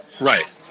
Right